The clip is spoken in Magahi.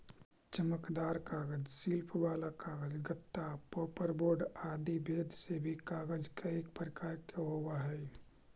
चमकदार कागज, शिल्प वाला कागज, गत्ता, पोपर बोर्ड आदि भेद से भी कागज कईक प्रकार के होवऽ हई